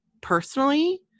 personally